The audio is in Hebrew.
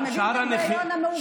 אתה מבין את ההיגיון המעוות?